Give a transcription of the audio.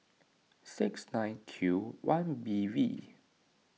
six nine Q one B V